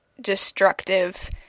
destructive